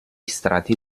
strati